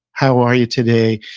how are you today?